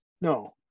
no